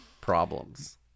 problems